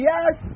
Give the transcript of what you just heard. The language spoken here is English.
Yes